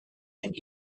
and